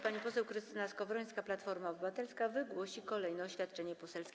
Pani poseł Krystyna Skowrońska, Platforma Obywatelska, wygłosi kolejne oświadczenie poselskie.